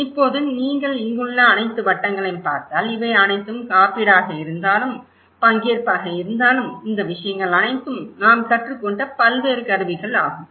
இப்போது நீங்கள் இங்குள்ள அனைத்து வட்டங்களையும் பார்த்தால் இவை அனைத்தும் காப்பீடாக இருந்தாலும் பங்கேற்பாக இருந்தாலும் இந்த விஷயங்கள் அனைத்தும் நாம் கற்றுக்கொண்ட பல்வேறு கருவிகள் ஆகும்